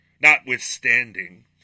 notwithstanding